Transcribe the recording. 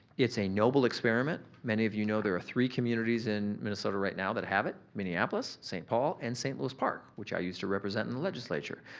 it's a noble experiment. many of you know there are three communities in minnesota right now that have it, minneapolis, saint paul, and saint louis park which i used to represent in the legislature.